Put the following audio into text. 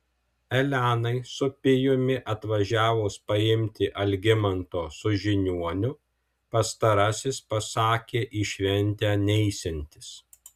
elenai su pijumi atvažiavus paimti algimanto su žiniuoniu pastarasis pasakė į šventę neisiantis